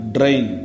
Drain